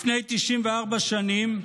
לפני 94 שנים,